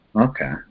Okay